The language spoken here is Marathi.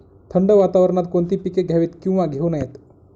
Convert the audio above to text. थंड वातावरणात कोणती पिके घ्यावीत? किंवा घेऊ नयेत?